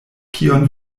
kion